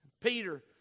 Peter